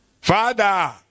father